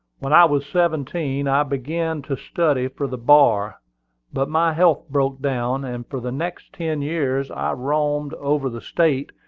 when i was seventeen i began to study for the bar but my health broke down, and for the next ten years i roamed over the state,